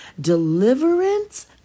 Deliverance